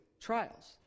trials